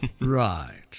right